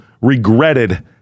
regretted